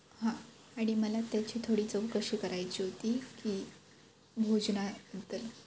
हां आणि मला त्याची थोडी चौकशी करायची होती की भोजनाबद्दल